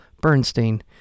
Bernstein